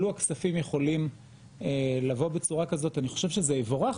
לו הכספים יכולים לבוא בצורה כזאת אני חושב שזה יבורך.